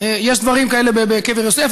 יש דברים כאלה בקבר יוסף,